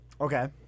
Okay